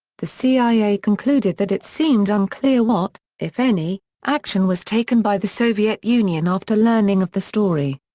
the cia concluded that it seemed unclear what, if any, action was taken by the soviet union after learning of the story.